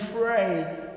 pray